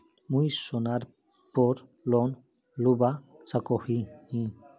मुई सोनार पोर लोन लुबा सकोहो ही?